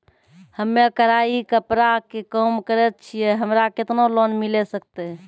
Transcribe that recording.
हम्मे कढ़ाई कपड़ा के काम करे छियै, हमरा केतना लोन मिले सकते?